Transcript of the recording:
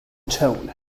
tone